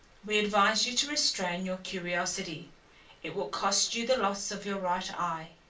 we advise you to restrain your curiosity it will cost you the loss of your right eye.